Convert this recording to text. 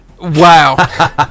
Wow